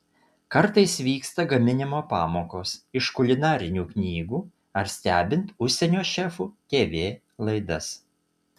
kartais vyksta gaminimo pamokos iš kulinarinių knygų ar stebint užsienio šefų tv laidas